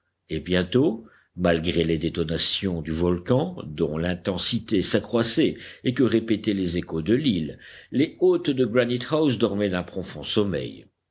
et bientôt malgré les détonations du volcan dont l'intensité s'accroissait et que répétaient les échos de l'île les hôtes de granite house dormaient d'un profond sommeil